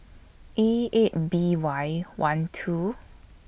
E eight B Y one two